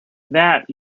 that